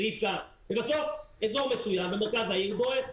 ובסוף אזור מסוים במרכז העיר בועט.